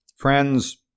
Friends